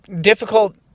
difficult